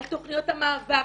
על תכניות המעבר,